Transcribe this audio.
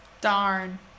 Darn